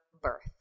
birth